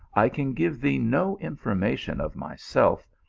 i can give thee no information of myself,